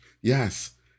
Yes